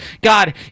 God